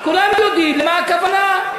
כולם יודעים למה הכוונה.